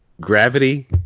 Gravity